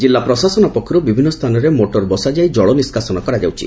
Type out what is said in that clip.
ଜିଲ୍ଲା ପ୍ରଶାସନ ପକ୍ଷରୁ ବିଭିନ୍ନ ସ୍ଚାନରେ ମୋଟର ବସାଯାଇ ଜଳ ନିଷ୍କାସନ କରାଯାଉଛି